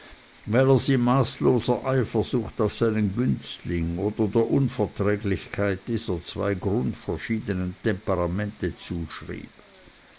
er sie maßloser eifersucht auf seinen günstling oder der unverträglichkeit dieser zwei grundverschiedenen temperamente zuschrieb